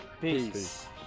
Peace